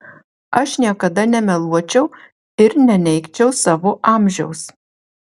aš niekada nemeluočiau ir neneigčiau savo amžiaus